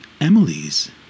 Emily's